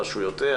רשויותיה,